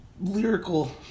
lyrical